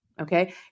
Okay